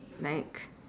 like